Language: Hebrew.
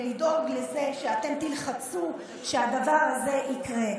לדאוג לזה שאתם תלחצו שהדבר הזה יקרה.